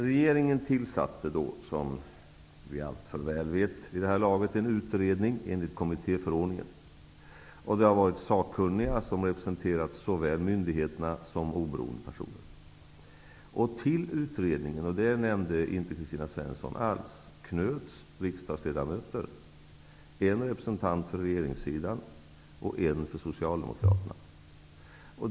Regeringen tillsatte då, som vi alltför väl vet vid det här laget, en utredning enligt kommittéförordningen. Där har det funnits sakkunniga som representerat myndigheterna lika väl som oberoende personer. Till utredningen -- det nämnde inte Kristina Svensson alls -- knöts riksdagsledamöter, en representant för regeringssidan och en för Socialdemokraterna.